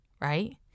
right